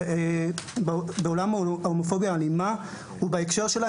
ובעולם ההומופוביה האלימה ובהקשר שלה